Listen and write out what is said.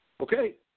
Okay